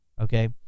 okay